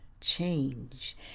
change